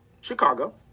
Chicago